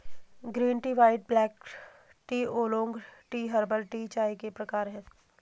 green tea white black tea oolong tea herbal tea चाय के प्रकार है